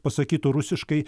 pasakytų rusiškai